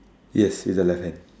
yes see the left hand